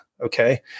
okay